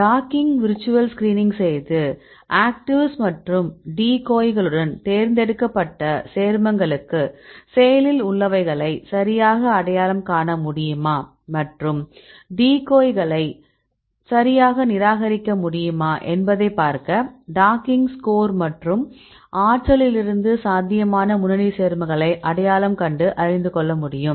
docking virtual screening செய்து actives மற்றும் டிகோய்களுடன் தேர்ந்தெடுக்கப்பட்ட சேர்மங்களுக்கு செயலில் உள்ளவைகளை சரியாக அடையாளம் காண முடியுமா மற்றும் டிகோய்களை சரியாக நிராகரிக்க முடியுமா என்பதைப் பார்க்க டாக்கிங் ஸ்கோர் மற்றும் ஆற்றலிலிருந்து சாத்தியமான முன்னணி சேர்மங்களை அடையாளம் கண்டு அறிந்துகொள்ள முடியும்